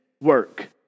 work